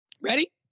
Ready